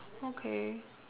okay